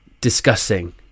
discussing